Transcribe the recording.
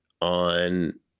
on